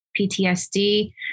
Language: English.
PTSD